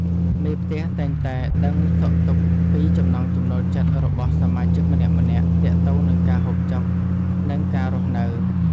មេផ្ទះតែងតែដឹងសុខទុក្ខពីចំណង់ចំណូលចិត្តរបស់សមាជិកម្នាក់ៗទាក់ទងនឹងការហូបចុក និងការរស់នៅ។